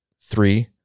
Three